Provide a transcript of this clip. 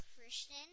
Christian